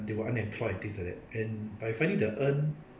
they were unemployed and things like that and by finding the urn